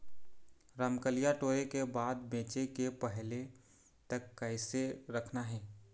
रमकलिया टोरे के बाद बेंचे के पहले तक कइसे रखना हे?